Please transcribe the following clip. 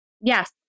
Yes